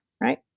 right